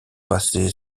passer